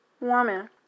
woman